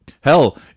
hell